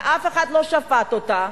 ואף אחד לא שפט אותה.